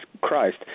Christ